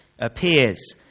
appears